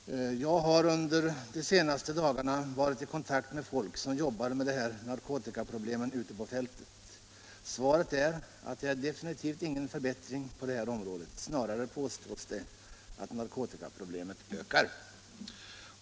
Jag har under de senaste dagarna varit i kontakt med folk som jobbar med narkotikaproblemen ute på fältet, och jag har därvid erfarit att det definitivt inte blivit någon förbättring på detta område. Man vill snarare hävda att narkotikaproblemen ökar.